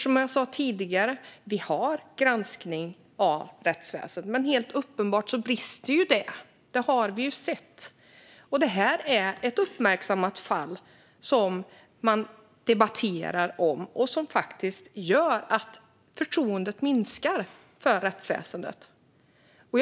Som jag sa tidigare: Vi har granskning av rättsväsendet, men det är helt uppenbart att det brister. Det har vi sett. Det är ett uppmärksammat fall som man debatterar och som faktiskt gör att förtroendet för rättsväsendet minskar.